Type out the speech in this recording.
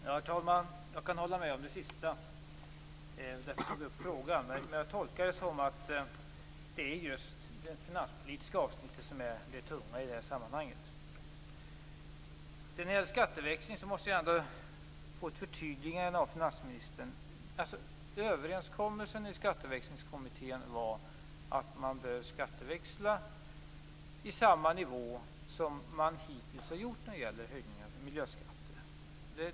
Herr talman! Jag kan hålla med om det sista. Därför tog jag upp frågan. Jag tolkar det så att det är just det finanspolitiska avsnittet som är det tunga i det här sammanhanget. När det gäller skatteväxlingen måste jag få ett förtydligande av finansministern. Överenskommelsen i Skatteväxlingskommittén var att man bör skatteväxla på samma nivå som man hittills har gjort när det gäller höjningar av miljöskatterna.